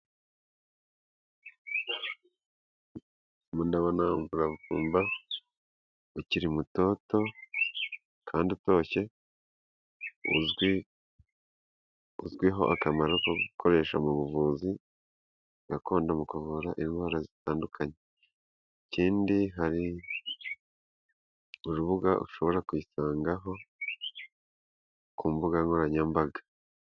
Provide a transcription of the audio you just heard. Ndimo ndabona umuravumba ukiri mutoto kandi utoshye, uzwi uzwiho akamaro ko gukoresha mu buvuzi gakondo mu kuvura indwara zitandukanye. Ikindi hari urubuga ushobora kuyisangaho ku mbuga nkoranyambaga.